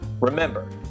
Remember